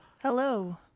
Hello